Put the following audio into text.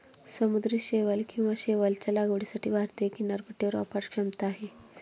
समुद्री शैवाल किंवा शैवालच्या लागवडीसाठी भारतीय किनारपट्टीवर अफाट क्षमता आहे